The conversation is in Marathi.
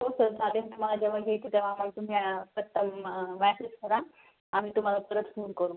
हो सर चालेल ना मग जेव्हा घ्यायची तेव्हा आम्हाला तुम्ही स्वतःहून मॅसेज करा आम्ही तुम्हाला परत फोन करु